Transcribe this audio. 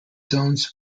zones